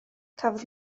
cafodd